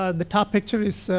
ah the top picture is